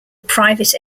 private